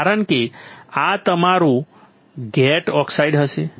કારણ કે આ તમારું ગેટ ઓક્સાઇડ હશે